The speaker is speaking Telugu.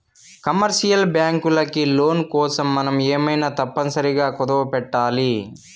కమర్షియల్ బ్యాంకులకి లోన్ కోసం మనం ఏమైనా తప్పనిసరిగా కుదవపెట్టాలి